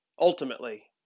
ultimately